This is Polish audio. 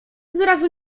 zrazu